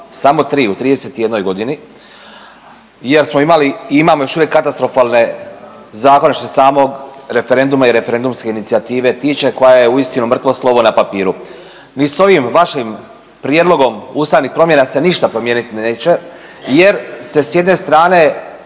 samo tri u 31 godini jer smo imali i imamo još uvijek katastrofalne zakone što se samog referenduma i referendumske inicijative tiče koja je uistinu mrtvo slovo na papiru. Ni s ovim vašim prijedlogom ustavnih promjena se ništa promijenit neće jer ste s jedne strane